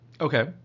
Okay